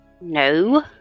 No